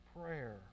prayer